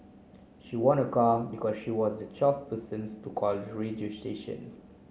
she won a car because she was the twelfth persons to call the radio station